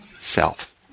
self